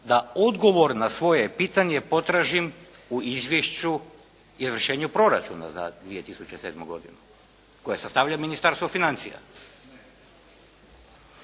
da odgovor na svoje pitanje potražim u izvješću i izvršenju proračuna za 2007. godinu koje sastavlja Ministarstvo financija.